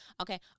Okay